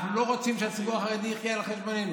אנחנו לא רוצים שהציבור החרדי יחיה על חשבוננו.